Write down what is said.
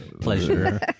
pleasure